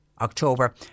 October